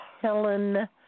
Helen